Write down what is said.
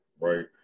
right